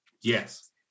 Yes